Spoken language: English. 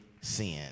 sin